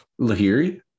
Lahiri